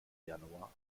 januar